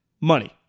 money